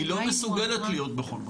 היא לא מסוגלת להיות בכל מקום.